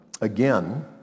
again